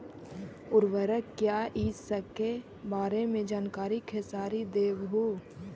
उर्वरक क्या इ सके बारे मे जानकारी खेसारी देबहू?